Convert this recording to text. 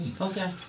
okay